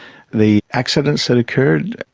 the accidents that occurred,